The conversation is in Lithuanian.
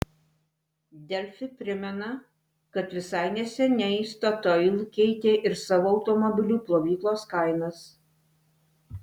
delfi primena kad visai neseniai statoil keitė ir savo automobilių plovyklos kainas